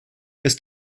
ist